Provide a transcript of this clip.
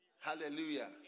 hallelujah